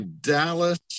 Dallas